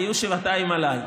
היו שבעתיים עליי.